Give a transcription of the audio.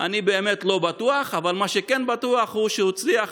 אני באמת לא בטוח, אבל מה שכן בטוח הוא שהוא הצליח